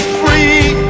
free